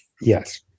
Yes